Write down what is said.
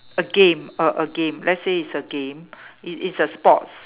a game uh a game let's say it's a game it is a sports